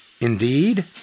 Indeed